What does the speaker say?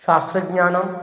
शास्त्रज्ञानं